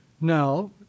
Now